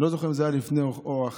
אני לא זוכר אם זה היה לפני או אחרי,